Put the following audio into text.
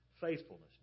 faithfulness